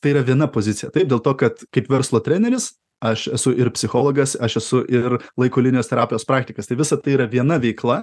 tai yra viena pozicija taip dėl to kad kaip verslo treneris aš esu ir psichologas aš esu ir laiko linijos terapijos praktikas tai visa tai yra viena veikla